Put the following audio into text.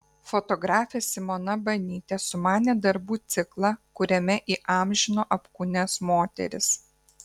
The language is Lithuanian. fotografė simona banytė sumanė darbų ciklą kuriame įamžino apkūnias moteris